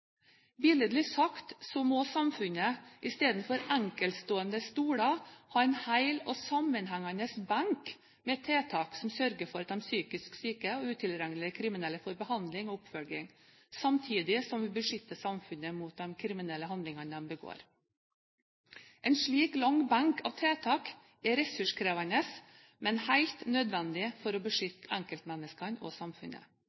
Billedlig sagt må samfunnet, istedenfor enkeltstående stoler, ha en hel og sammenhengende benk med tiltak som sørger for at de psykisk syke og utilregnelige kriminelle får behandling og oppfølging, samtidig som vi beskytter samfunnet mot de kriminelle handlingene de begår. En slik lang benk av tiltak er ressurskrevende, men helt nødvendig for å